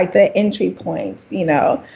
like the entry points, you know?